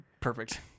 Perfect